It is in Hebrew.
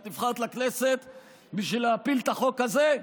את נבחרת לכנסת בשביל להפיל את החוק הזה?